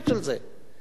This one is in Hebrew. שזה יעמוד